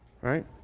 right